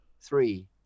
Three